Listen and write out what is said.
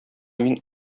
мин